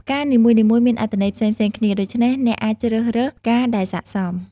ផ្កានីមួយៗមានអត្ថន័យផ្សេងៗគ្នា ដូច្នេះអ្នកអាចជ្រើសរើសផ្កាដែលសក្តិសម។